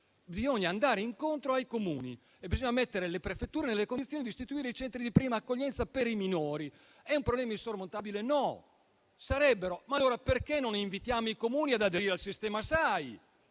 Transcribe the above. bisogna andare incontro ai Comuni e bisogna mettere le prefetture nelle condizioni di istituire i centri di prima accoglienza per i minori. Non penso sia un problema insormontabile, ma allora perché non invitiamo i Comuni ad aderire al SAI